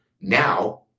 now